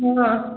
ହଁ